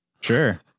Sure